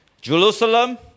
Jerusalem